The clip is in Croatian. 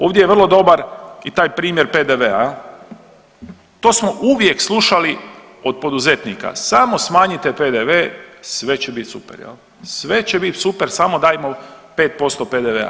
Ovdje je vrlo dobar i taj primjer PDV-a, to smo uvijek slušali od poduzetnika samo smanjite PDV sve će bit super, sve će bit super samo dajmo 5% PDV-a.